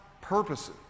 purposes